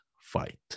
fight